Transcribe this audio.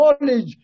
knowledge